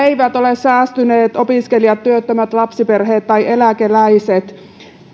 eivät ole säästyneet opiskelijat työttömät lapsiperheet tai eläkeläiset